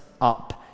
up